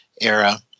era